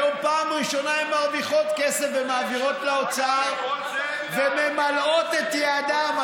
היום פעם ראשונה הן מרוויחות כסף ומעבירות לאוצר וממלאות את יעדן,